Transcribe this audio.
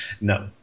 No